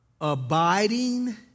Abiding